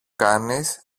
κάνεις